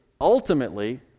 ultimately